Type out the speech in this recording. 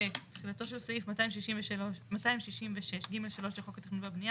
(ב) תחילתו של סעיף 266ג3 לחוק התכנון והבנייה,